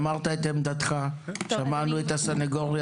אמרת את עמדתך, שמענו את הסניגוריה.